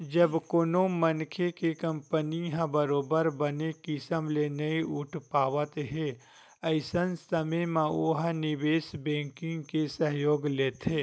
जब कोनो मनखे के कंपनी ह बरोबर बने किसम ले नइ उठ पावत हे अइसन समे म ओहा निवेस बेंकिग के सहयोग लेथे